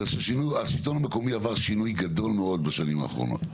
השלטון המקומי עבר שינוי גדול מאוד בשנים האחרונות.